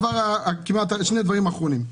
שני דברים אחרונים.